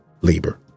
labor